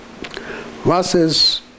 verses